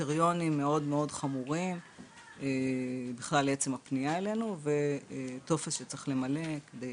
קריטריונים מאוד חמורים בכלל לעצם הפניה אלינו וטופס שצריך למלא כדי